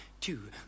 two